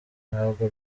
ntabwo